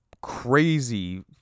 crazy